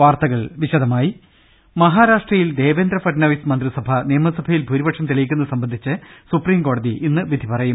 ള ൽ ൾ മഹാരാഷ്ട്രയിൽ ദേവേന്ദ്ര ഫഡ്നവിസ് മന്ത്രിസഭ നിയമസഭയിൽ ഭൂരിപക്ഷം തെളിയിക്കുന്നത് സംബന്ധിച്ച് സൂപ്രീം കോടതി ഇന്ന് വിധി പറയും